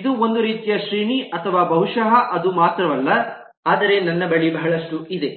ಇದು ಒಂದು ರೀತಿಯ ಶ್ರೇಣಿ ಅಥವಾ ಬಹುಶಃ ಅದು ಮಾತ್ರವಲ್ಲ ಆದರೆ ನನ್ನ ಬಳಿ ಇಲ್ಲಿ ಬಹಳಷ್ಟು ಇದೆ